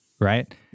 right